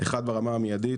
אחד ברמה המיידית